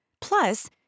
Plus